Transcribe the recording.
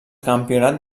campionat